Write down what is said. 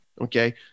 Okay